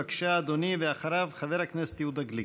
בבקשה, אדוני, ואחריו, חבר הכנסת יהודה גליק.